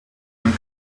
man